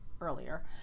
earlier